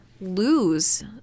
lose